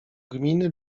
gminy